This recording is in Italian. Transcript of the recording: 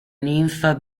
ninfa